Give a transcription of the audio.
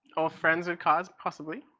ah friends with cars possibly?